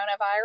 coronavirus